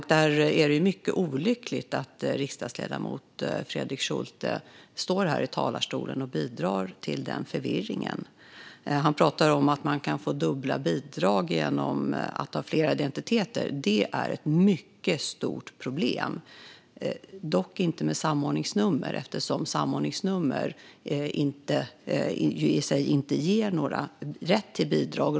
Det är mycket olyckligt att riksdagsledamoten Fredrik Schulte står här i talarstolen och bidrar till denna förvirring. Han talar om att man kan få dubbla bidrag genom att ha flera identiteter. Det är ett mycket stort problem, dock inte med samordningsnummer eftersom samordningsnummer i sig inte ger rätt till bidrag.